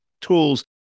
tools